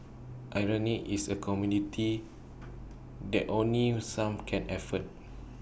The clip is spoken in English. irony is A commodity that only some can afford